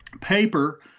paper